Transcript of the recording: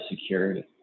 security